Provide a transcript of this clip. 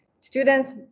Students